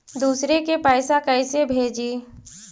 दुसरे के पैसा कैसे भेजी?